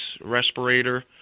respirator